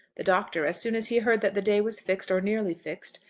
the doctor, as soon as he heard that the day was fixed, or nearly fixed,